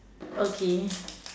okay